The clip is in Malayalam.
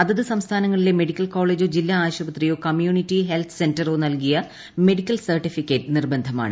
അതത് സംസ്ഥാനങ്ങളിലെ മെഡിക്കൽ കോളേജോ ജില്ലാ ആശുപത്രിയോ കമ്മ്യൂണിറ്റി ഹെൽത്ത് സെന്റോ നൽകിയ മെഡിക്കൽ സർട്ടിഫിക്കറ്റ് നിർബന്ധമാണ്